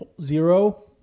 zero